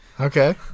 Okay